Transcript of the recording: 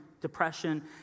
depression